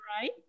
right